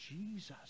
Jesus